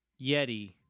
yeti